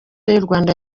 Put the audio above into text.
rwanda